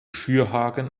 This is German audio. schürhaken